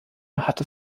hatte